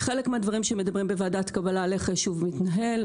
חלק מהדברים שמדברים בוועדת קבלה על איך היישוב מתנהל,